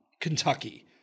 Kentucky